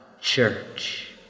church